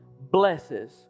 blesses